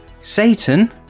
Satan